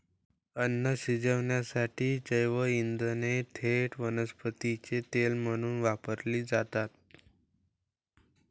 अन्न शिजवण्यासाठी जैवइंधने थेट वनस्पती तेल म्हणून वापरली जातात